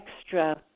extra